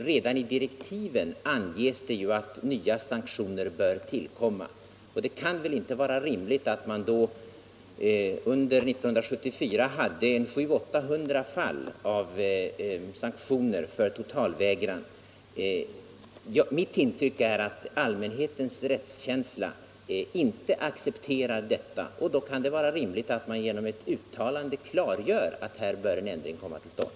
Redan i direktiven anges ju att nya sanktioner bör tillkomma, och det kan väl inte vara rimligt att man då under 1974 hade 700-800 fall av fängelsestraff för totalvägran. Mitt intryck är att allmänhetens rättskänsla inte accepterar detta, och då kunde det vara rimligt att man genom ett uttalande klargör att här bör en ändring komma till stånd.